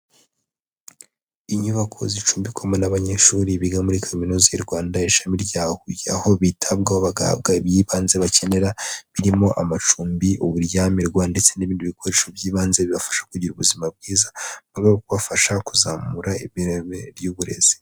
Inyubako zicumbikwamo n'abanyeshuri biga muri Kaminuza y'u Rwanda ishami rya Huye, aho bitabwaho bagahabwa iby'ibanze bakenera birimo amacumbi, uburyamirwa ndetse n'ibindi bikoresho by'ibanze, bibafasha kugira ubuzima bwiza mu rwego rwo kubafasha kuzamura ireme ry'uburezi.